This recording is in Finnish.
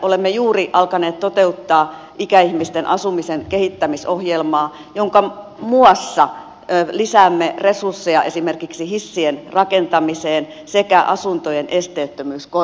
olemme juuri alkaneet toteuttaa ikäihmisten asumisen kehittämisohjelmaa jonka muassa lisäämme resursseja esimerkiksi hissien rakentamiseen sekä asuntojen esteettömyyskor jauksiin